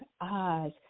eyes